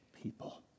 people